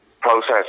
process